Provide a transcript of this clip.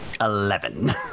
Eleven